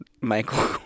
Michael